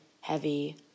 heavy